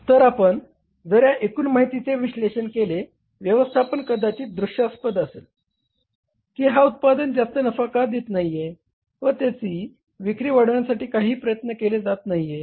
तर आपण जर या एकूण माहितीचे विश्लेषण केले व्यवस्थापन कदाचित दृश्यास्पद असेल की हा उत्पादन जास्त नफा का देत नाहीये व त्याची विक्री वाढविण्यासाठी काहीही प्रयत्न केले जात नाहीये